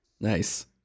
Nice